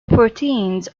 proteins